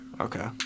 Okay